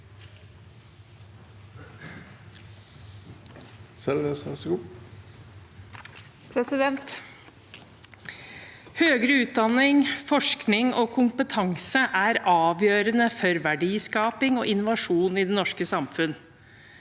Høyere utdanning, forsk- ning og kompetanse er avgjørende for verdiskaping og innovasjon i det norske samfunn.